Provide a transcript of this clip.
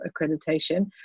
accreditation